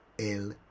El